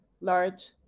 large